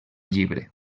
llibre